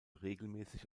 regelmäßig